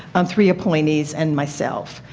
um three appointees and myself.